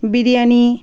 biryani